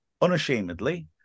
unashamedly